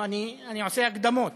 אני עושה הקדמות,